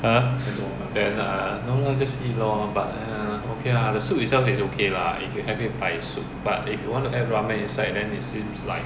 !huh! then err no lah just eat lor but then okay lah the soup itself is okay lah if you have it by soup but if you want to add ramen inside then it seems like